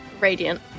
radiant